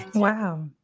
Wow